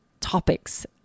topics